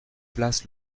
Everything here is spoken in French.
place